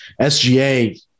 SGA